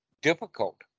difficult